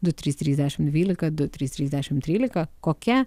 du trys trys dešimt dvylika du trys trys dešimt trylika kokia